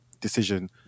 decision